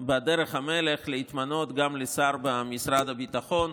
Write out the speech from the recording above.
בדרך המלך, להתמנות גם לשר במשרד הביטחון.